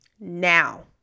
now